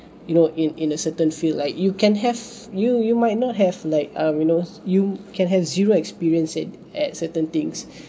you know in in a certain field like you can have you you might not have like err you know you can have zero experience said at certain things